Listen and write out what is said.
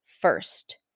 first